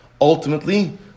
Ultimately